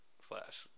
flash